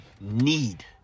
need